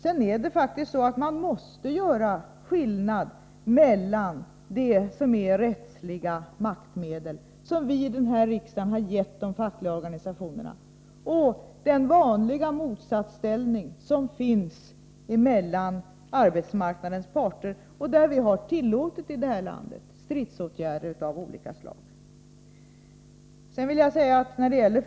Det är faktiskt så att man måste göra skillnad mellan rättsliga maktmedel — som vi i riksdagen har gett de fackliga organisationerna — och den vanliga motsatsställning som finns mellan arbetsmarknadens parter. Vi har i det här landet tillåtit stridsåtgärder av olika slag för arbetsmarknadens parter.